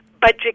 budget